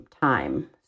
time